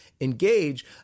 engage